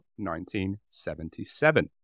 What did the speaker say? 1977